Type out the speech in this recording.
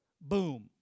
Boom